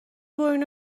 برین